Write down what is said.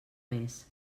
més